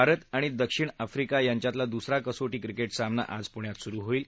भारत आणि दक्षिण आफ्रिका यांच्यातला दुसरा कसोटी क्रिकेट सामना आज पुण्यात सुरु होईल